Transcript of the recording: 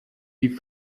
die